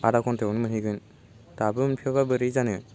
आदा घन्टायावनो मोनफैगोन दाबो मोनफैयाबा बोरै जानो